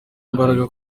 imbaraga